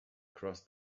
crossed